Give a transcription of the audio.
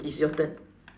it's your turn